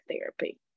therapy